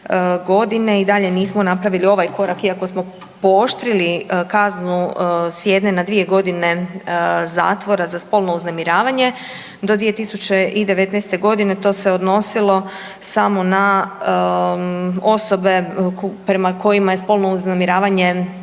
2019.g. i dalje nismo napravili ovaj korak iako smo pooštrili kaznu s jedne na dvije godine zatvora za spolno uznemiravanje, do 2019.g. to se odnosilo samo na osobe prema kojima je spolno uznemiravanje